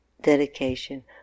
dedication